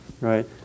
right